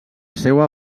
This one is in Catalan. seua